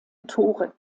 tore